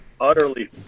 utterly